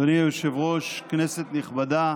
אדוני היושב-ראש, כנסת נכבדה,